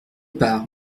pars